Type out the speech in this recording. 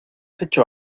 hecho